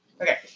Okay